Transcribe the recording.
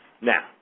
Now